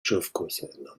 schriftgröße